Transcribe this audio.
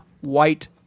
white